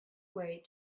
way